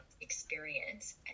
experience